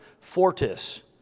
fortis